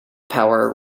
power